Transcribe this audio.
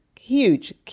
huge